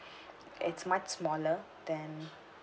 it's much smaller than